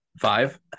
Five